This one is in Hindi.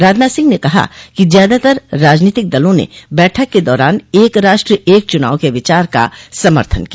राजनाथ सिंह ने कहा कि ज्यादातर राजनीतिक दलों ने बैठक के दौरान एक राष्ट्र एक चुनाव के विचार का समर्थन किया